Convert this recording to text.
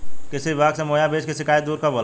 कृषि विभाग से मुहैया बीज के शिकायत दुर कब होला?